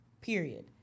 Period